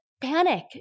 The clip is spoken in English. panic